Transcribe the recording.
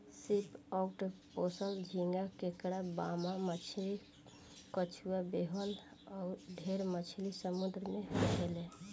सीप, ऑक्टोपस, झींगा, केकड़ा, बाम मछली, कछुआ, व्हेल अउर ढेरे मछली समुंद्र में रहेले